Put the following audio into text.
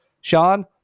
Sean